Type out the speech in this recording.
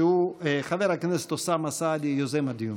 שהוא חבר הכנסת אוסאמה סעדי, יוזם הדיון.